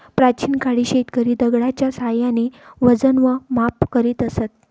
प्राचीन काळी शेतकरी दगडाच्या साहाय्याने वजन व माप करीत असत